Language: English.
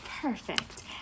Perfect